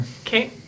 okay